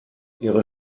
ihre